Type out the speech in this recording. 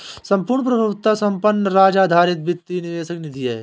संपूर्ण संप्रभुता संपन्न राज्य आधारित वित्तीय निवेश निधि है